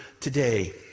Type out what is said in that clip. today